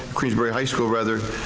queensbury high school rather,